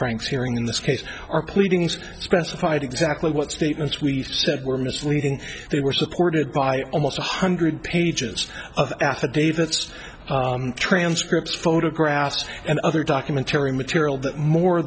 frank's hearing in this case our pleadings specified exactly what statements we said were misleading they were supported by almost a hundred pages of affidavits transcripts photographs and other document tearing material that more